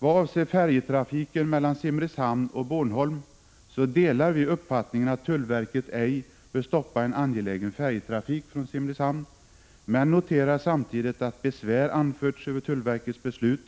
Vad avser färjetrafiken mellan Simrishamn och Bornholm delar vi uppfattningen att tullverket ej bör stoppa en angelägen färjetrafik från Simrishamn, men noterar samtidigt att besvär anförts över tullverkets beslut